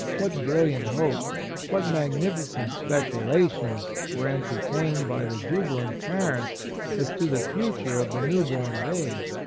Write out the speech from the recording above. what brilliant hopes, what magnificent speculations were entertained by the jubilant parents as to the future of the new-born babe!